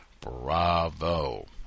Bravo